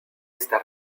esta